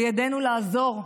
בידנו לעזור,